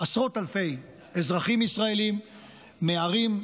עשרות אלפי אזרחים ישראלים מערים,